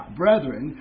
brethren